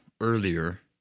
earlier